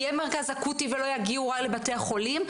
יהיה מרכז אקוטי ולא יגיעו לבתי החולים,